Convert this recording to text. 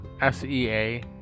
S-E-A